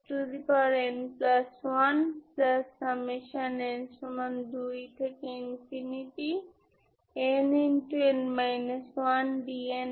সুতরাং আপনি বলতে পারেন Vn অফ x কে Pn অফ x এবং এইটিকে আপনি λ n বলে ডাকবেন